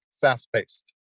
fast-paced